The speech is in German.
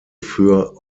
für